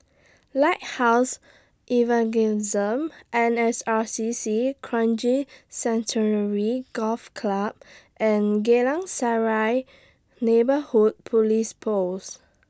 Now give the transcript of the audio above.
Lighthouse Evangelism N S R C C Kranji Sanctuary Golf Club and Geylang Serai Neighbourhood Police Post